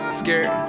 scared